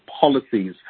policies